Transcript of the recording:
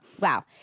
Wow